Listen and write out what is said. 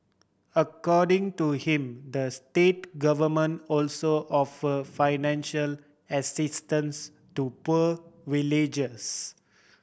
according to him the state government also offer financial assistance to poor villagers